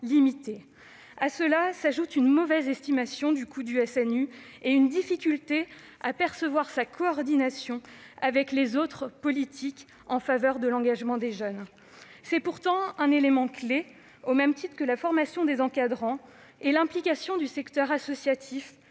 limité. À cela s'ajoutent une mauvaise estimation du coût du SNU et une difficulté à percevoir sa coordination avec les autres politiques en faveur de l'engagement des jeunes. C'est pourtant un élément clé, au même titre que la formation des encadrants et l'implication du secteur associatif